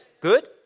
Good